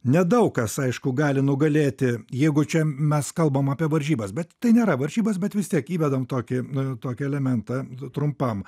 nedaug kas aišku gali nugalėti jeigu čia mes kalbam apie varžybas bet tai nėra varžybos bet vis tiek įvedam tokį nu tokį elementą trumpam